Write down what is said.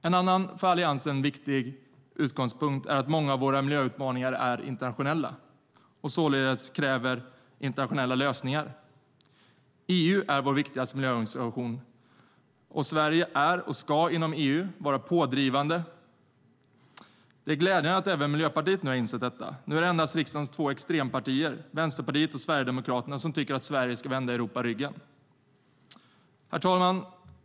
En annan för Alliansen viktig utgångspunkt är att många av våra miljöutmaningar är internationella och således kräver internationella lösningar. EU är vår viktigaste miljöorganisation, och Sverige är och ska vara pådrivande inom EU. Det är glädjande att även Miljöpartiet har insett detta. Nu är det endast riksdagens två extrempartier, Vänsterpartiet och Sverigedemokraterna, som tycker att Sverige ska vända Europa ryggen. Herr talman!